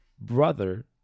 brother